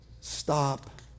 stop